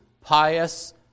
pious